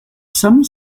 some